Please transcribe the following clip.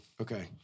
Okay